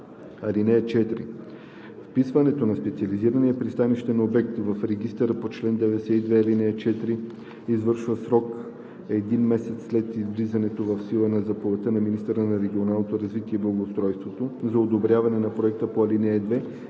ал. 5. (4) Вписването на специализирания пристанищен обект в регистъра по чл. 92, ал. 4 се извършва в срок един месец след влизането в сила на заповедта на министъра на регионалното развитие и благоустройството за одобряване на проекта по ал. 2